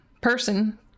person